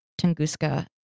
Tunguska